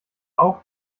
auch